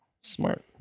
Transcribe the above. Smart